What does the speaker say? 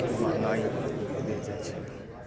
महँगाइ भेले जाइ छै